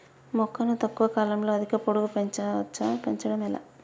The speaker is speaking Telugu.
మొక్కను తక్కువ కాలంలో అధిక పొడుగు పెంచవచ్చా పెంచడం ఎలా?